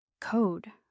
code